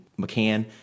McCann